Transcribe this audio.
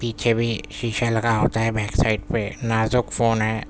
پیچھے بھی شیشہ لگا ہوتا ہے بیک سائڈ پہ نازک فون ہیں